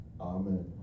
Amen